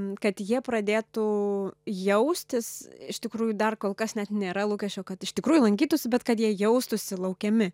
kad jie pradėtų jaustis iš tikrųjų dar kol kas net nėra lūkesčio kad iš tikrųjų lankytųsi bet kad jie jaustųsi laukiami